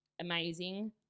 amazing